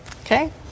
Okay